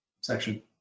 section